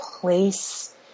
place